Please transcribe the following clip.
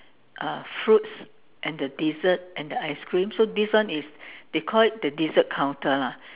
uh fruits and the dessert and the ice cream so this one is the they call it the dessert counter lah